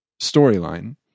storyline